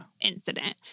incident